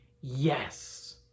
yes